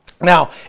Now